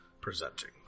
presenting